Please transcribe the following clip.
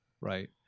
right